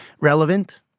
relevant